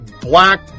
black